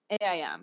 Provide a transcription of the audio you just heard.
AIM